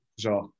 genre